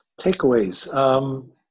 Takeaways